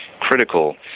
critical